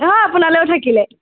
অঁ আপোনালৈও থাকিলে